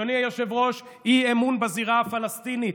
אדוני היושב-ראש, אי-אמון בזירה הפלסטינית.